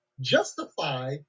justify